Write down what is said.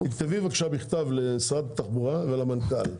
תכתבי בבקשה מכתב לשרת התחבורה ולמנכ"ל,